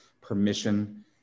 permission